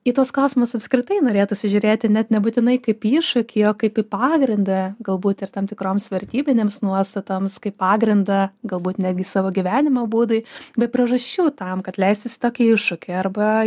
į tuos klausimus apskritai norėtųsi žiūrėti net nebūtinai kaip į iššūkį o kaip į pagrindą galbūt ir tam tikroms vertybinėms nuostatoms kaip pagrindą galbūt netgi savo gyvenimo būdui bet priežasčių tam kad leistis į tokį iššūkį arba